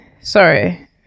Sorry